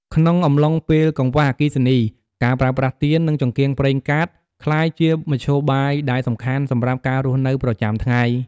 ក្នុងអំឡុងពេលកង្វះអគ្គិសនី ការប្រើប្រាស់ទៀន និងចង្កៀងប្រេងកាតក្លាយជាមធ្យោបាយដែលសំខាន់សម្រាប់ការរស់នៅប្រចាំថ្ងៃ។